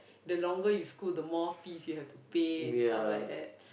the longer you school the more fees you have to pay stuff like that